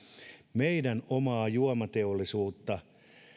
meidän omaa juomateollisuutta